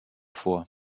vor